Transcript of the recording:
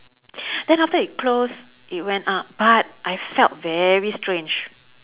then after that it close it went up but I felt very strange